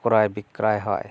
ক্রয় বিক্রয় হয়